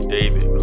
David